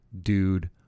dude